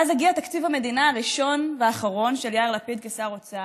ואז הגיע תקציב המדינה הראשון והאחרון של יאיר לפיד כשר אוצר.